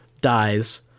dies